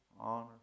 honor